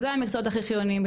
אלה המקצועות הכי חיוניים.